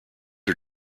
are